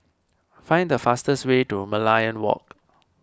find the fastest way to Merlion Walk